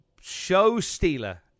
show-stealer